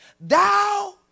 Thou